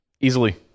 Easily